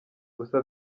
gusa